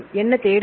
என்ன தேடுவது